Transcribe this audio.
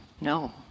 No